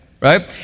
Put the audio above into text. right